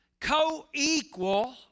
co-equal